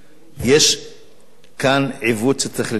יש כאן עיוות שצריך לתקן אותו.